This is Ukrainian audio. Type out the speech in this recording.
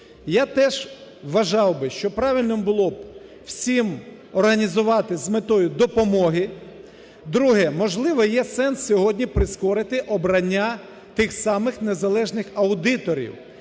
Я теж вважав би, що правильним було б всім організувати з метою допомоги. Друге. Можливо, є сенс сьогодні прискорити обрання тих самих незалежних аудиторів,